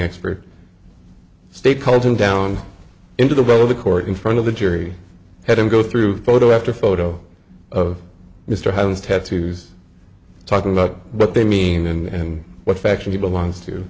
expert state called him down into the road to court in front of the jury had him go through photo after photo of mr hines tattoos talking about what they mean and what faction he belongs to